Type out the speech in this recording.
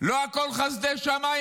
לא הכול חסדי שמיים.